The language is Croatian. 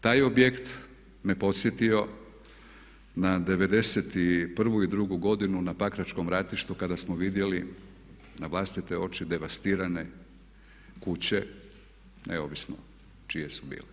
Taj objekt me podsjetio na '91. i '92. godinu na pakračkom ratištu kada smo vidjeli na vlastite oči devastirane kuće, neovisno čije su bile.